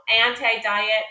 anti-diet